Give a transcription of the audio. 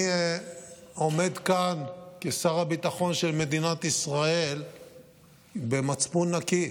אני עומד כאן כשר הביטחון של מדינת ישראל במצפון נקי.